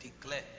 declare